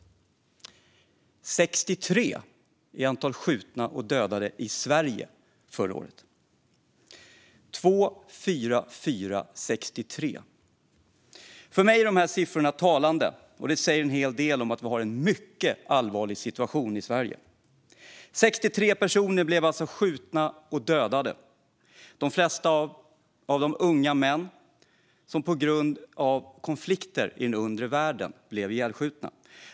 Siffran 63 är antalet skjutna och dödade i Sverige förra året. Siffrorna 2, 4, 4, 63 - för mig är de talande, och de säger en hel del om att vi har en mycket allvarlig situation i Sverige. Förra året blev alltså 63 personer skjutna och dödade. De flesta av dem var unga män som blev ihjälskjutna på grund av konflikter i den undre världen.